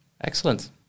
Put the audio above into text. Excellent